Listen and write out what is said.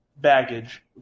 baggage